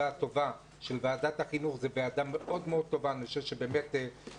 אני רק אומר, אני רוצה לברך אותך, רם.